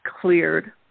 cleared